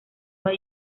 hay